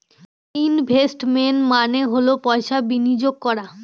investment মানে হল পয়সা বিনিয়োগ করা